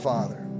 Father